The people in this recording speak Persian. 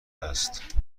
است